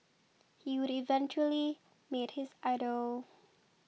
he would eventually meet his idol